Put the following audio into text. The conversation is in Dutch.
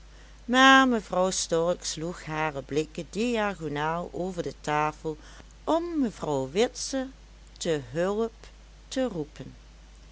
maar mevrouw stork sloeg hare blikken diagonaal over de tafel om mevrouw witse te hulp te roepen